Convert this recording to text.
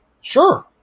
Sure